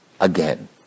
again